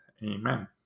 Amen